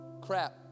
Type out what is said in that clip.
Crap